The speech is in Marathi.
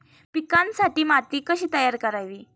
पिकांसाठी माती कशी तयार करावी?